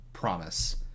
promise